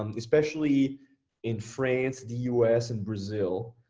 um especially in france, the us and brazil,